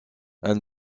elle